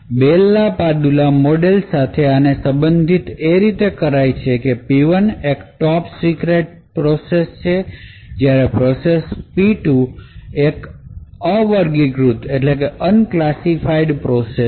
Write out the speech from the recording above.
બેલ La Padula model સાથે આને સંબંધિત એ રીતે કરાય કે P1 એક ટોપ સીક્રેટ પ્રોસેસજ્યારે પ્રોસેસ P2 એક અવર્ગીકૃત પ્રોસેસ છે